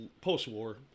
Post-war